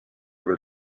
veel